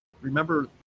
remember